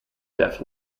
def